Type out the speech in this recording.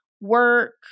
work